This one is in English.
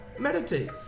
Meditate